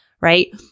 right